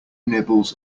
nibbles